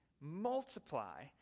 multiply